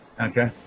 okay